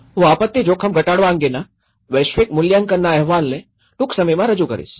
હું આપત્તિ જોખમ ઘટાડવા અંગેના વૈશ્વિક મૂલ્યાંકનના અહેવાલને ટૂંક સમયમાં રજૂ કરીશ